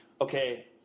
okay